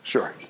Sure